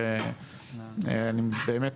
ואני באמת